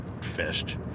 fished